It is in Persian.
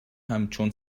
همچون